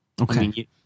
Okay